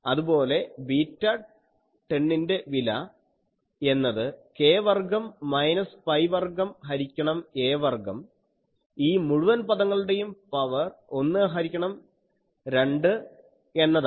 അതുപോലെ β10 ൻ്റെ വില എന്നത് k വർഗ്ഗം മൈനസ് പൈ വർഗ്ഗം ഹരിക്കണം a വർഗ്ഗം ഈ മുഴുവൻ പദങ്ങളുടെയും പവർ ഒന്ന് ഹരിക്കണം രണ്ട് എന്നതാണ്